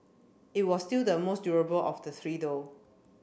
it was still the most durable of the three though